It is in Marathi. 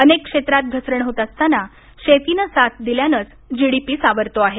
अनेक क्षेत्रात घसरण होत असताना शेतीनं साथ दिल्यानंच जीडीपी सावरतो आहे